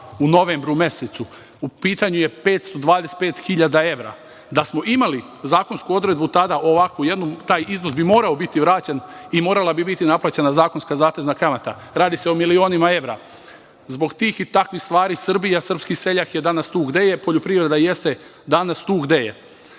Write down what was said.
u novembru mesecu. U pitanju je 525.000 evra. Da smo imali zakonsku odredbu tada ovakvu jednu, taj iznos bi morao biti vraćen i morala bi biti naplaćena zakonska zatezna kamata. Radi se o milionima evra. Zbog tih i takvih stvari, Srbija, srpski seljak je danas tu gde je, poljoprivreda jeste danas tu gde je.